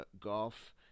golf